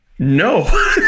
No